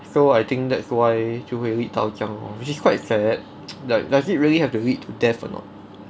so I think that's why 就会遇到这样 lor which is quite sad like does it really have to lead to death or not